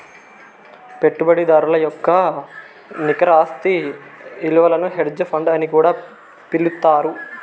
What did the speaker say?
పెట్టుబడిదారుల యొక్క నికర ఆస్తి ఇలువను హెడ్జ్ ఫండ్ అని కూడా పిలుత్తారు